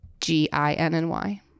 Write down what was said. G-I-N-N-Y